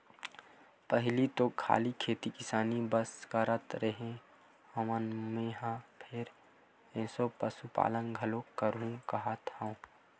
पहिली तो खाली खेती किसानी बस करत रेहे हँव मेंहा फेर एसो पसुपालन घलोक करहूं काहत हंव